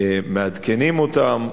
מעדכנים אותם.